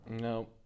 No